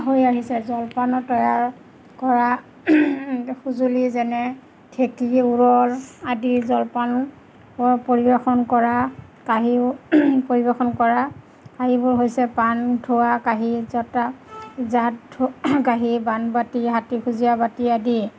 হৈ আহিছে জলপানো তৈয়াৰ কৰা সঁজুলি যেনে ঢেঁকী উৰল আদি জলপান পৰিৱেশন কৰা কাঁহীও পৰিৱেশন কৰা কাঁহীবোৰ হৈছে পাণ ধোৱা কাঁহী জতা জাত কাঁহী বান বাতি হাতী খুজীয়া বাতি আদি